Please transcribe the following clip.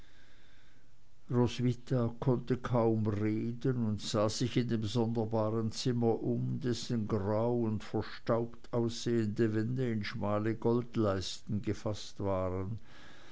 konnte kaum reden und sah sich in dem sonderbaren zimmer um dessen grau und verstaubt aussehende wände in schmale goldleisten gefaßt waren